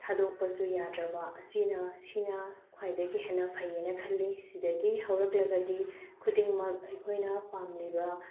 ꯊꯥꯗꯣꯛꯄꯁꯨ ꯌꯥꯗ꯭ꯔꯕ ꯑꯁꯤꯅ ꯁꯤꯅ ꯈ꯭ꯋꯥꯏꯗꯒꯤ ꯍꯦꯟꯅ ꯐꯩ ꯍꯥꯏꯅ ꯈꯜꯂꯤ ꯁꯤꯗꯒꯤ ꯍꯧꯔꯛꯂꯒꯗꯤ ꯈꯨꯗꯤꯡꯃꯛ ꯑꯩꯈꯣꯏꯅ ꯄꯥꯝꯂꯤꯕ